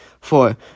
four